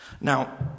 Now